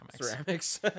ceramics